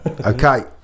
okay